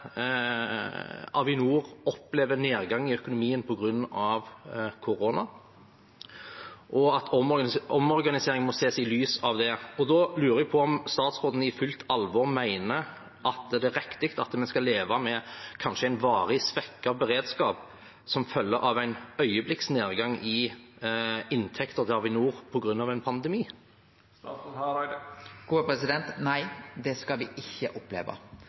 må ses i lys av det. Da lurer jeg på om statsråden i fullt alvor mener at det er riktig at vi skal leve med en kanskje varig svekket beredskap som følge av en øyeblikksnedgang i inntektene til Avinor på grunn av en pandemi. Nei, det skal me ikkje oppleve. Sikkerheit går framfor alt innanfor luftfarten. Poenget mitt er at eg opplever at det